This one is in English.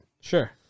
Sure